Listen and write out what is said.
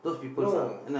no